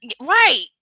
right